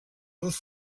dos